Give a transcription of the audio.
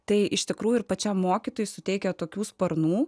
tai iš tikrųjų ir pačiam mokytojui suteikia tokių sparnų